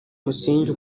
musingi